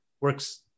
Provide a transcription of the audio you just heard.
works